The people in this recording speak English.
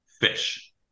Fish